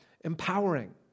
empowering